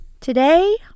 today